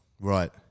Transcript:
Right